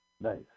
Nice